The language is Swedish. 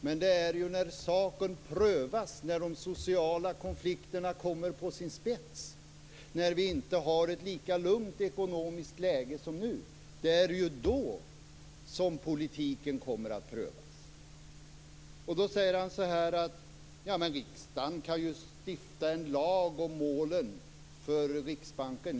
Men det är ju när saken prövas - när de sociala konflikterna ställs på sin spets och när vi inte har ett lika lugnt ekonomiskt läge som nu - som politiken kommer att prövas. Då säger Martinger: Men riksdagen kan ju stifta en lag om målen för Riksbanken.